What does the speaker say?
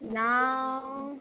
ना